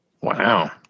Wow